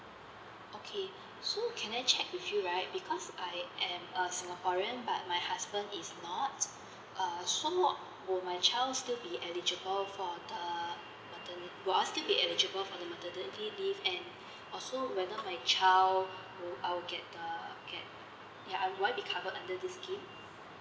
okay so can I check with you right because I am a singaporean but my husband is not uh so will my child still be eligible for the maternal will I still be eligible for the maternity leave and also whether my child will I will get the get ya will I be covered under this scheme